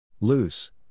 Loose